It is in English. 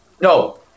No